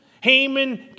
Haman